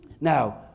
Now